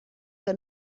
que